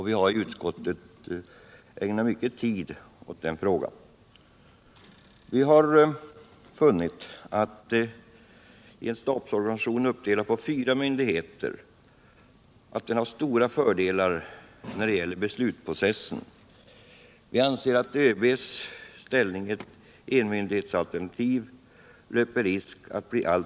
Vi har inom utskottet ägnat mycken tid åt den frågan. Vi har därvid funnit att en stabsorganisation uppdelad på fyra myndigheter har stora fördelar när det gäller beslutsprocessen. ÖB:s ställning löper enligt utskottets mening risk att bli alltför framträdande i ett enmyndighetsalternativ.